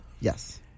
Yes